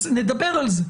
נדבר על זה,